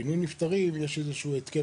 לפינוי נפטרים יש התקן